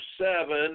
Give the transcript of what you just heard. seven